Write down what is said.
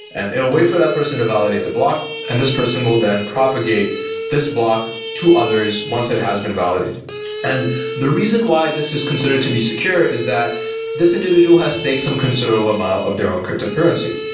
and wait for that person to validate the block and this person will then propagate this block to others once it has been validated and the reason why this is considered to be secure is that this individual has staked some considerable amount of their own cryptocurrency.